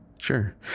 Sure